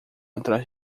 atrás